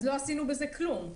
אז לא עשינו בזה כלום.